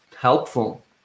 helpful